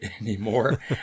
anymore